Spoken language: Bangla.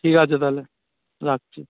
ঠিক আছে তাহলে রাখছি